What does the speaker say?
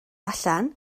allan